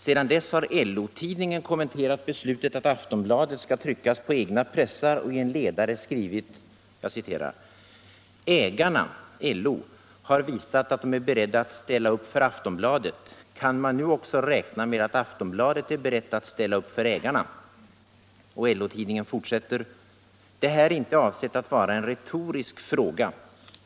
Sedan dess har LO-tidningen kommenterat beslutet att Aftonbladet skall tryckas på egna pressar och i en ledare skrivit: ”Ägarna” — dvs. LO — ”har därmed visat att de är beredda att ställa upp för Aftonbladet. Kan man nu också räkna med att Aftonbladet är berett att ställa upp för ägarna?” Och LO tidningen fortsätter: ”Det här är inte avsett att vara en retorisk fråga.